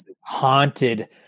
haunted